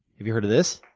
you heard of this?